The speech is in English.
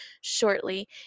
shortly